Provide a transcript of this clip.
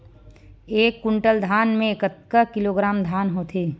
एक कुंटल धान में कतका किलोग्राम धान होथे?